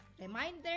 Reminder